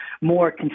more